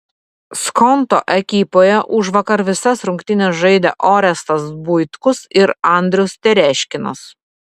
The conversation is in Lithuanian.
skonto ekipoje užvakar visas rungtynes žaidė orestas buitkus ir andrius tereškinas